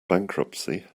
bankruptcy